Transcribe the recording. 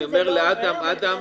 אני אומר לאדם: אדם,